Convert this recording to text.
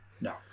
no